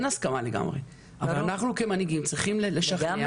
אין הסכמה לגמרי אבל אנחנו כמנהיגים צריכים לשכנע.